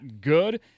good